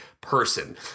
person